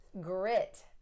Grit